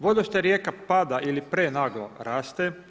Vodostaj rijeka pada ili prenaglo raste.